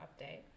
update